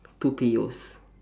two piyos